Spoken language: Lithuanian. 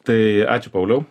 tai ačiū pauliau